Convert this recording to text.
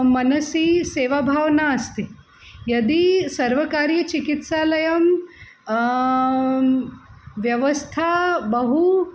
मनसि सेवाभावः नास्ति यदि सर्वकारीयचिकित्सालये व्यवस्था बहु